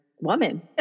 woman